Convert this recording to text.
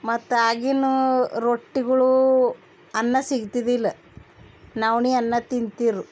ಮತ್ತು ಆಗಿನ ರೊಟ್ಟಿಗಳು ಅನ್ನ ಸಿಗ್ತಿದಿಲ್ಲ ನವ್ಣೆ ಅನ್ನ ತಿಂತೀರು